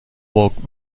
walk